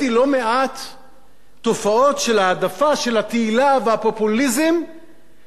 תופעות של העדפה של התהילה והפופוליזם לרגע על פני הצורך הלאומי.